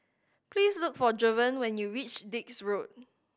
please look for Jovan when you reach Dix Road